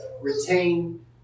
retain